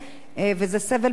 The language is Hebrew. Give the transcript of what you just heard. וזה סבל מיותר.